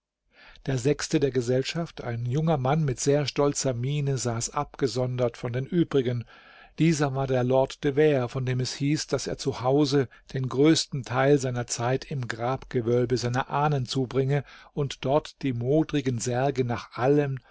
der sechste der gesellschaft ein junger mann mit sehr stolzer miene saß abgesondert von den übrigen dieser war der lord de vere von dem es hieß daß er zuhause den größten teil seiner zeit im grabgewölbe seiner ahnen zubringe und dort die modrigen särge nach allen